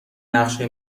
نقشه